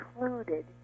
included